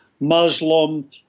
Muslim